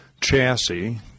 chassis